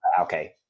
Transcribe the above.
Okay